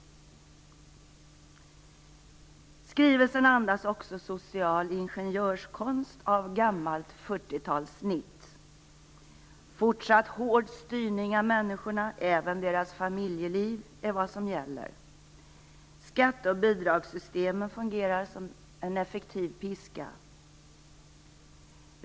Skrivelsen andas också social ingenjörskonst av gammalt 40-talssnitt. Fortsatt hård styrning av människorna, även deras familjeliv, är vad som gäller. Skatte och bidragssystemen fungerar som en effektiv piska.